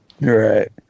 Right